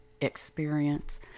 experience